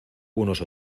unos